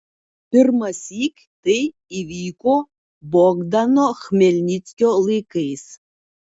pirmąsyk tai įvyko bogdano chmelnickio laikais